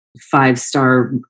five-star